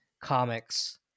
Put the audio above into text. comics